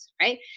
right